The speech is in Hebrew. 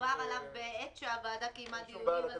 שדובר עליו בעת שהוועדה קיימה דיונים על זה.